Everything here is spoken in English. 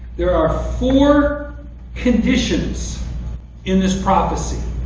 there are four conditions in this prophecy.